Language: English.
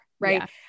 right